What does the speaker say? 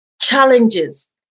challenges